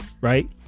right